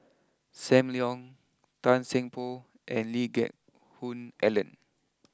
Sam Leong Tan Seng Poh and Lee Geck Hoon Ellen